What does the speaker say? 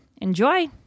Enjoy